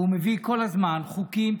הוא מביא כל הזמן חוקים,